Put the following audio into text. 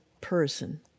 person